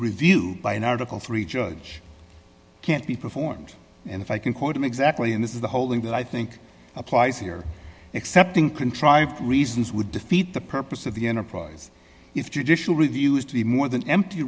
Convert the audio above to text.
review by an article three judge can't be performed and if i can quote him exactly and this is the whole thing that i think applies here excepting contrived reasons would defeat the purpose of the enterprise if judicial review is to be more than empty